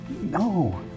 no